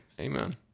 Amen